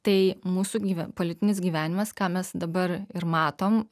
tai mūsų gyven politinis gyvenimas ką mes dabar ir matom